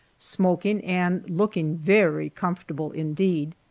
smoking, and looking very comfortable indeed.